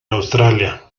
australia